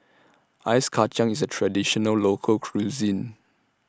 Ice Kacang IS A Traditional Local Cuisine